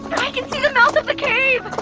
i can see the mouth of the cave!